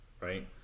right